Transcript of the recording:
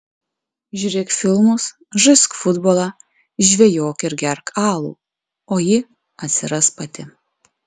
žiūrėk filmus žaisk futbolą žvejok ir gerk alų o ji atsiras pati